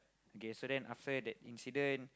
okay so then after that the incident